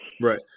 right